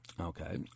Okay